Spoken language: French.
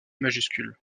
majuscule